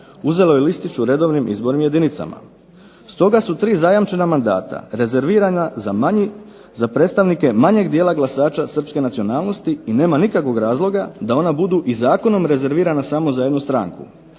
uzelo je listić u redovnim izbornim jedinicama. Stoga su 3 zajamčena mandata rezervirana za predstavnike manjeg dijela glasača srpske nacionalnosti i nema nikakvog razloga da ona budu i zakonom rezervirana samo za jednu stranku.